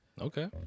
Okay